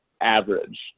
average